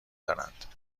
دارند